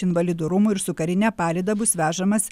invalidų rūmų ir su karine palyda bus vežamas